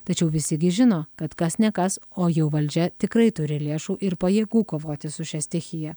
tačiau visi gi žino kad kas ne kas o jau valdžia tikrai turi lėšų ir pajėgų kovoti su šia stichija